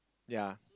yea